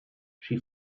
she